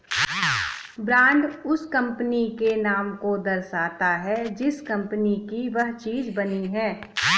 brand उस company के नाम को दर्शाता है जिस कंपनी की वह चीज बनी है